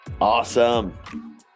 awesome